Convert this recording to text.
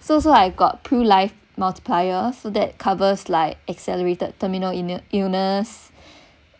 so so I got two life multiplier so that it covers like accelerated terminal ill~ illness